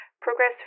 Progress